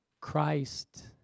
Christ